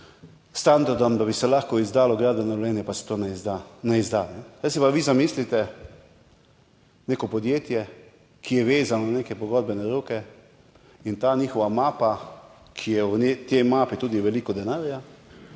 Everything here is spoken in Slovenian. standardom, da bi se lahko izdalo gradbeno dovoljenje, pa se to ne izda. Zdaj si pa zamislite neko podjetje, ki je vezano na neke pogodbene roke, v tej njihovi mapi je tudi veliko denarja,